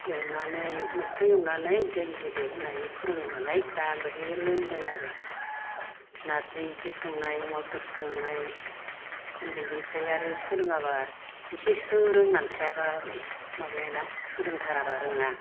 एवनानै मोजां एवनानै दै होदो होन्नानै फोरोङो नालाय दा बेवहाय रोंदों आरो नार्जि ओंख्रि संनाय अमा बेदर संनाय उन्दैनिफ्राय आरो सोलोङाबा एसेसो रोंनानै थायाबा माबायाना सोलोंथाराबा रोङा